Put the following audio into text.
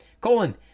Colon